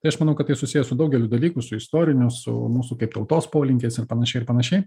tai aš manau kad tai susiję su daugeliu dalykų su istoriniu su mūsų kaip tautos polinkiais ir panašiai ir panašiai